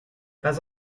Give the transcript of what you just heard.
pas